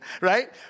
right